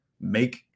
make